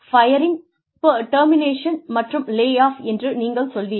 firing termination மற்றும் layoff என்று நீங்கள் சொல்வீர்கள்